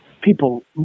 people